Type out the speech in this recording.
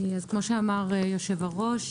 כמו שאמר יושב הראש,